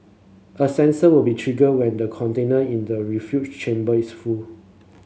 a sensor will be triggered when the container in the refuse chamber is full